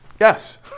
yes